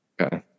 Okay